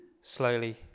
slowly